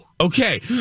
okay